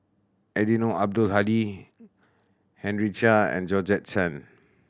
Eddino Abdul Hadi Henry Chia and Georgette Chen